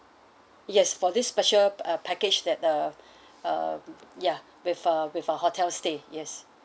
yes for this special uh package that uh uh ya with a with a hotel stay yes